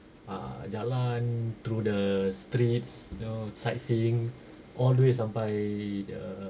ah jalan through the streets know sightseeing always sampai the